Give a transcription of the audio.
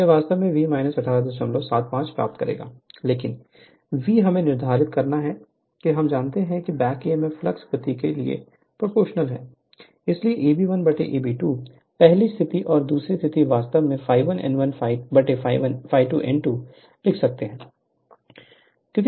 तो यह वास्तव में V 1875 प्राप्त करेगा लेकिन V हमें निर्धारित करना है और हम जानते हैं कि बैक ईएमएफ फ्लक्स गति के लिए प्रोपोर्शनल है इसलिए Eb1 Eb2 पहली स्थिति और दूसरी स्थिति वास्तव में ∅1n1 ∅2n2 लिख सकती है